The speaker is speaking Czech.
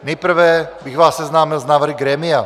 Nejprve bych vás seznámil s návrhy grémia.